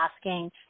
asking